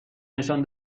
نشان